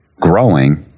growing